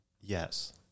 Yes